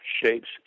shapes